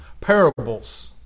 parables